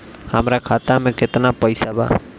हमरा खाता में केतना पइसा बा?